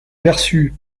perçus